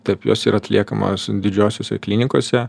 taip jos yra atliekamos didžiosiose klinikose